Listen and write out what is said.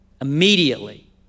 Immediately